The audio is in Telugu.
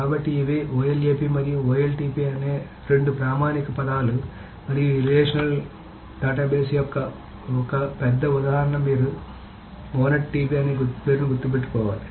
కాబట్టి ఇవి OLAP మరియు OLTP అనే రెండు ప్రామాణిక పదాలు మరియు ఈ రిలేషనల్ డేటాబేస్ యొక్క ఒక పెద్ద ఉదాహరణ మీరు మోనెట్ DB అనే పేరును గుర్తుంచుకోవాలి